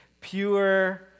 pure